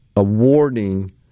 awarding